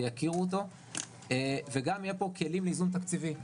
ויכירו אותו וגם יהיו פה כלים לאיזון תקציבי,